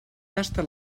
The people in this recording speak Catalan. tasta